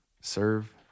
serve